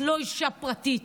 את לא אישה פרטית,